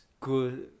good